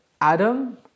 Adam